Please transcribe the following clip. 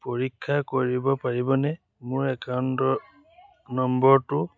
পৰীক্ষা কৰিব পাৰিবনে মোৰ একাউণ্টৰ নম্বৰটো